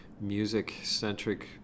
music-centric